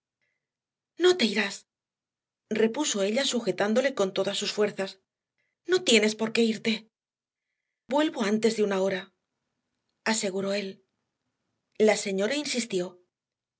no te irás repuso ella sujetándole con todas sus fuerzas no tienes por qué irte vuelvo antes de una hora aseguró él la señora insistió